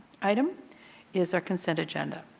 item is our consent agenda.